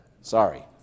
Sorry